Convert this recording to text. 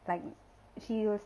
like she was